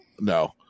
no